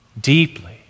deeply